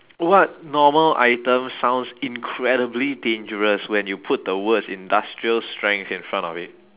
what normal item sounds incredibly dangerous when you put the words industrial strength in front of it